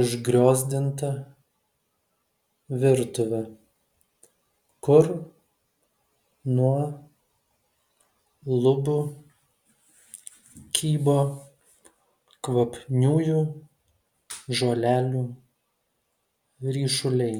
užgriozdintą virtuvę kur nuo lubų kybo kvapniųjų žolelių ryšuliai